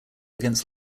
against